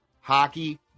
hockey